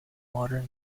modern